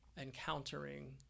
encountering